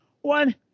One